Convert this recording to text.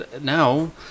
now